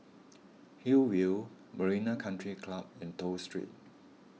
Hillview Marina Country Club and Toh Street